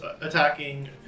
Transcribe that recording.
attacking